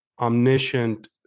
omniscient